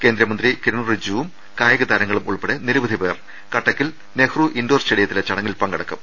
കേന്ദ്രമന്ത്രി കിരൺ റിജ്ജുവും കായിക താരങ്ങളും ഉൾപ്പെടെ നിരവധി പേർ കട്ടക്കിൽ നെഹ്റു ഇൻഡോർ സ്റ്റേഡിയത്തിലെ ചടങ്ങിൽ പങ്കെടുക്കും